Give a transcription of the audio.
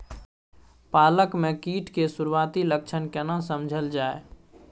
पालक में कीट के सुरआती लक्षण केना समझल जाय?